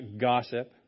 gossip